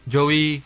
Joey